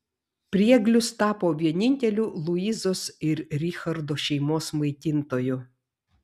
prieglius tapo vieninteliu luizos ir richardo šeimos maitintoju